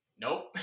Nope